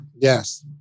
Yes